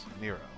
Nero